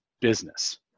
business